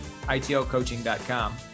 itlcoaching.com